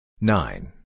nine